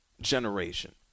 generation